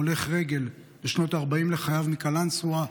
הולך רגל בשנות ה-40 לחייו מקלנסווה,